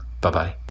Bye-bye